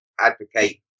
advocate